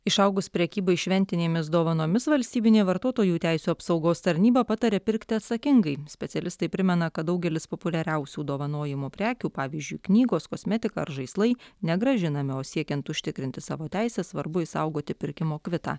išaugus prekybai šventinėmis dovanomis valstybinė vartotojų teisių apsaugos tarnyba pataria pirkti atsakingai specialistai primena kad daugelis populiariausių dovanojimo prekių pavyzdžiui knygos kosmetika ar žaislai negrąžinami o siekiant užtikrinti savo teises svarbu išsaugoti pirkimo kvitą